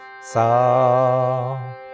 sa